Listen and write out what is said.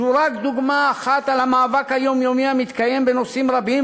זו רק דוגמה אחת למאבק היומיומי המתקיים בנושאים רבים